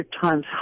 times